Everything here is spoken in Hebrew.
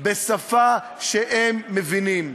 בשפה שהם מבינים.